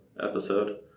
episode